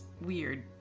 weird